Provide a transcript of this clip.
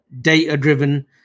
data-driven